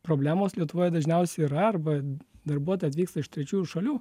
problemos lietuvoje dažniausiai yra arba darbuotojai atvyksta iš trečiųjų šalių